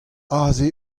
aze